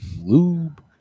Lube